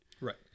Right